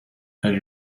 elle